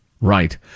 Right